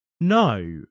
No